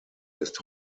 ist